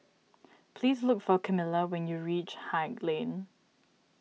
please look for Kamilah when you reach Haig Lane